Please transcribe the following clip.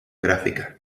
gráfica